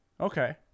Okay